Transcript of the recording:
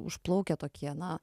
užplaukę tokie na